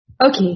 Okay